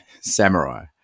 Samurai